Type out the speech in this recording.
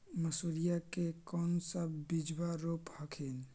मसुरिया के कौन सा बिजबा रोप हखिन?